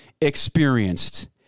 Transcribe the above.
experienced